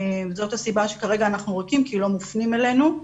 זאת הסיבה שאנחנו כרגע ריקים כי לא מופנים אלינו.